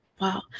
Wow